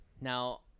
Now